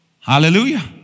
Hallelujah